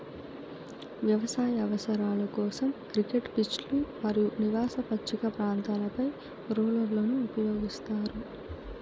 వ్యవసాయ అవసరాల కోసం, క్రికెట్ పిచ్లు మరియు నివాస పచ్చిక ప్రాంతాలపై రోలర్లను ఉపయోగిస్తారు